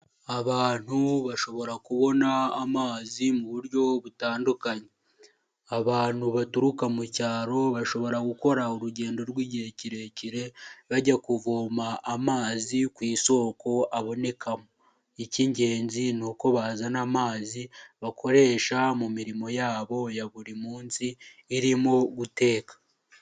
Abantu bashobora kubona amazi mu buryo butandukanye, abantu baturuka mu cyaro bashobora gukora urugendo rw'igihe kirekire bajya kuvoma amazi ku isoko abonekamo, ik'ingenzi ni uko bazana amazi bakoresha mu mirimo yabo ya buri munsi irimo guteka.